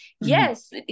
Yes